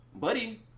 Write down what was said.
buddy